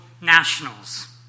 nationals